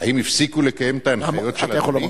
האם הפסיקו לקיים את ההנחיות של אדוני?